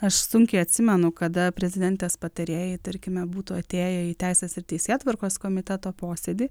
aš sunkiai atsimenu kada prezidentės patarėjai tarkime būtų atėję į teisės ir teisėtvarkos komiteto posėdį